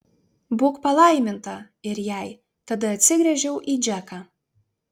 būk palaiminta ir jai tada atsigręžiau į džeką